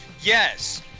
Yes